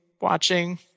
watching